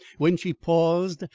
when she paused,